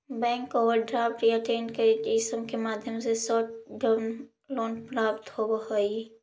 bank overdraft या trade credit इ सब के माध्यम से शॉर्ट टर्म लोन प्राप्त होवऽ हई